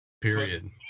period